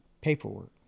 paperwork